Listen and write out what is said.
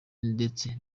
ndetse